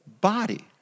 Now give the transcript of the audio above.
body